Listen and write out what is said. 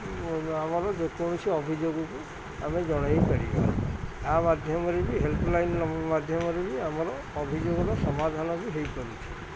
ଆମର ଯେକୌଣସି ଅଭିଯୋଗକୁ ଆମେ ଜଣେଇ ପାରିବା ଆ ମାଧ୍ୟମରେ ବି ହେଲ୍ପଲାଇନ ମାଧ୍ୟମରେ ବି ଆମର ଅଭିଯୋଗର ସମାଧାନ ବି ହେଇପାରୁଛି